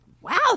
wow